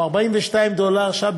או 42 דולר לשעה,